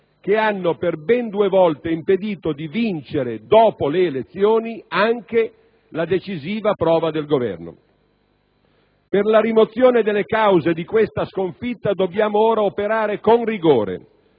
che hanno per ben due volte impedito di vincere, dopo le elezioni, anche la decisiva prova del Governo. Per la rimozione delle cause di questa sconfitta dobbiamo ora operare con rigore,